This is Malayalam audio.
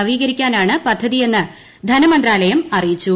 നവീകരിക്കാനാണ് പദ്ധതിയെന്ന് ധന്മമിന്ത്യാല്യം അറിയിച്ചു